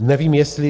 Nevím, jestli...